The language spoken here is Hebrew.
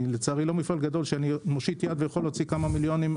אני לא מפעל גדול שיכול להוציא כמה מיליונים,